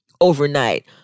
overnight